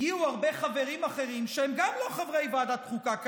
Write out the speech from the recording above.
הגיעו הרבה חברים אחרים שגם הם לא חברי ועדת חוקה,